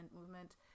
movement